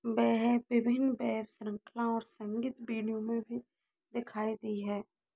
वह विभिन्न वेब श्रृंखलाओं और संगीत वीडियो में भी दिखाई दी हैं